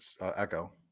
echo